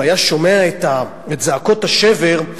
והיה שומע את זעקות השבר,